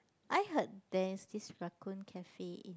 I heard there's this raccoon cafe